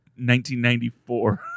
1994